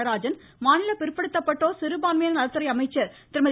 நடராஜன் மாநில பிற்படுத்தப்பட்டோர் சிறுபான்மையின நலத்துறை அமைச்சர் திருமதி